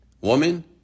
woman